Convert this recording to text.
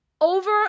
over